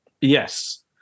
Yes